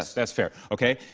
that's that's fair, okay?